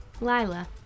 Lila